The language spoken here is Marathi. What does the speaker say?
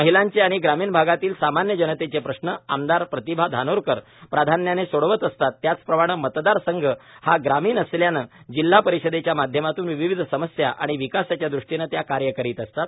महिलाचे आणि ग्रामीण भागातील सामान्य जनतेचे प्रश्न आमदार प्रतिभा धानोरकर प्राधान्याने सोडवत असतात त्याच प्रमाणे मतदार संघ हा ग्रामीण असल्याने जिल्हा परिषदेच्या माध्यमातून विविध समस्या आणि विकासाच्या दृष्टीने त्या कार्य करीत असतात